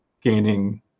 gaining